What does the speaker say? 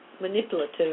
manipulative